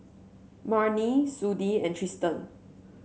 Marnie Sudie and Tristan